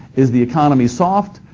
is the economy soft?